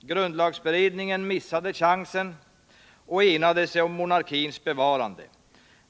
Grundlagberedningen missade chansen och enade sig om monarkins bevarande.